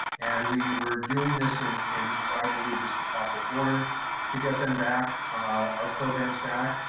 and we were doing this in in what i believe is the proper order to get them back, our programs back.